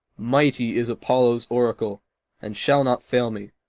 mighty is apollo's oracle and shall not fail me,